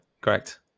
correct